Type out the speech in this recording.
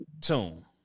Tune